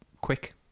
quick